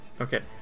Okay